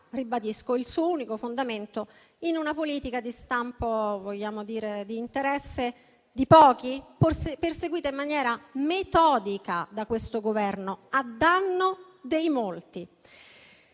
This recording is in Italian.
ribadisco - il suo unico fondamento in una politica di stampo "di interesse di pochi", perseguita in maniera metodica da questo Governo, a danno dei molti.